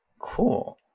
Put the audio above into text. cool